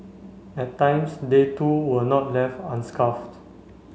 at times they too were not left